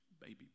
baby